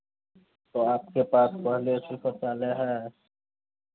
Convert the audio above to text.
तो आपके पास पहले से शौचालय है